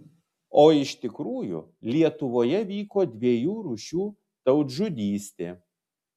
o iš tikrųjų lietuvoje vyko dviejų rūšių tautžudystė